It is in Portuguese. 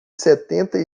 setenta